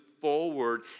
forward